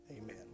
Amen